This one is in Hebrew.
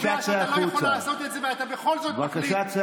קובע שאתה לא יכול לעשות את זה, בבקשה, צא